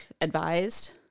advised